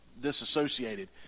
disassociated